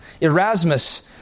Erasmus